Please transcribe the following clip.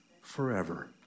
forever